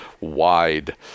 wide